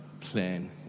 plan